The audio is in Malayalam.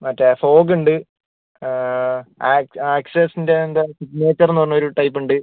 മറ്റേ ഫോഗ് ഉണ്ട് ആക്സിൻ്റെ സിഗ്നേച്ചര് എന്ന് പറഞ്ഞൊരു ടൈപ്പുണ്ട്